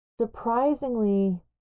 surprisingly